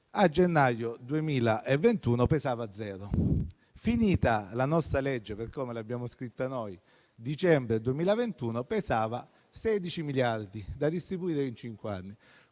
a febbraio 2021, pesava zero. La nostra legge, per come l'abbiamo scritta noi, nel dicembre 2021 pesava 16 miliardi da distribuire in cinque anni: